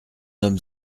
homme